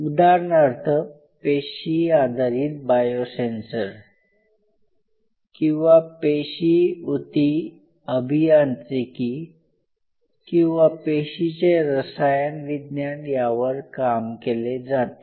उदाहरणार्थ पेशी आधारित बायोसेन्सर किंवा पेशी उती अभियांत्रिकी किंवा पेशीचे रसायनविज्ञान यावर काम केले जाते